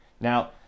now